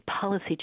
policy